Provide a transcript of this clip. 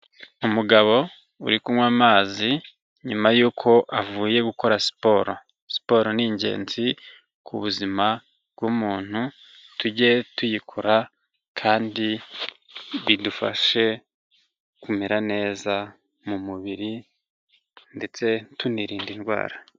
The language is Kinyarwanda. Umugabo uri kunywa amazi nyuma yuko avuye gukora siporo, siporo ni ingenzi ku buzima bw'umuntu tujye tuyikora, kandi bidufashe kumera neza mu mubiri ndetse tunirinda indwara.